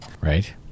Right